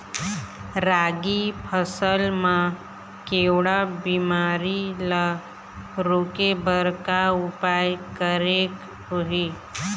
रागी फसल मा केवड़ा बीमारी ला रोके बर का उपाय करेक होही?